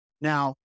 Now